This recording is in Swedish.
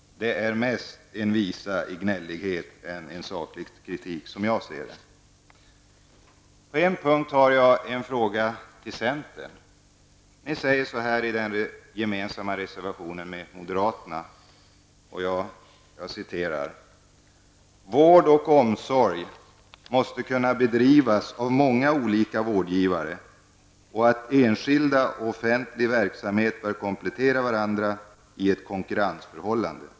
Det är, som jag ser det, mera en uppvisning i gnällighet än en saklig kritik. På en punkt har jag en fråga till centern. Ni säger så här i den med moderaterna gemensamma reservationen: ''att vård och omsorg måste kunna bedrivas av många olika vårdgivare och att enskild och offentlig verksamhet bör komplettera varandra i ett konkurrensförhållande''.